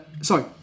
Sorry